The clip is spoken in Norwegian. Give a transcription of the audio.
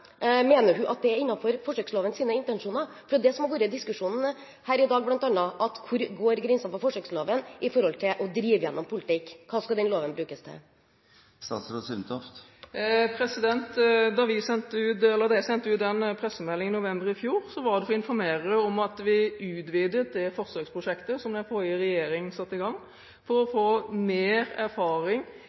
mener det nå i dag, mener hun at det er innenfor forsøkslovens intensjoner? For det er det som bl.a. har vært diskusjonen her i dag, hvor går grensen for forsøksloven med hensyn til å drive gjennom politikk? Hva skal den loven brukes til? Da jeg sendte ut den pressemeldingen i november i fjor, var det for å informere om at vi utvidet det forsøksprosjektet som den forrige regjeringen satte i gang, for å få mer erfaring